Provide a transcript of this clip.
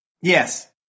Yes